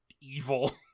evil